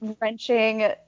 wrenching